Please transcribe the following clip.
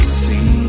see